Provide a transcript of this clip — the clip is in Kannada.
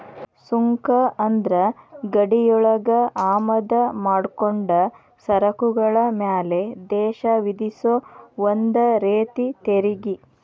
ಸುಂಕ ಅಂದ್ರ ಗಡಿಯೊಳಗ ಆಮದ ಮಾಡ್ಕೊಂಡ ಸರಕುಗಳ ಮ್ಯಾಲೆ ದೇಶ ವಿಧಿಸೊ ಒಂದ ರೇತಿ ತೆರಿಗಿ